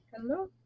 Hello